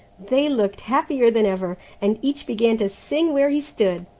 they looked happier than ever, and each began to sing where he stood.